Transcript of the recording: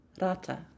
rata